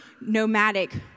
nomadic